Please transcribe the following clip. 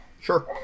Sure